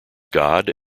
god